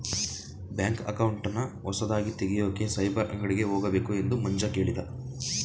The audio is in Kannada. ಬ್ಯಾಂಕ್ ಅಕೌಂಟನ್ನ ಹೊಸದಾಗಿ ತೆಗೆಯೋಕೆ ಸೈಬರ್ ಅಂಗಡಿಗೆ ಹೋಗಬೇಕು ಎಂದು ಮಂಜ ಕೇಳಿದ